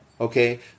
okay